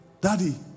Daddy